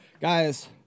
Guys